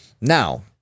Now